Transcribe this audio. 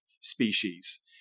species